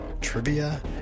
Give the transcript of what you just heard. trivia